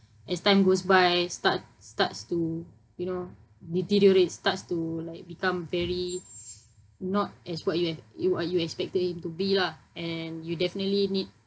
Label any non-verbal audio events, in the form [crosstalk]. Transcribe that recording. as time goes by start starts to you know deteriorate starts to like become very [noise] not as what you've you w~ what you expected it to be lah and you definitely need